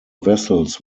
vessels